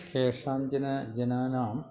केशाञ्चन जनानाम्